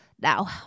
Now